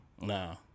No